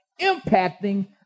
impacting